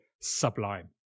sublime